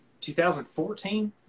2014